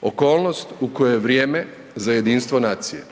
okolnost u kojoj je vrijeme za jedinstvo nacije.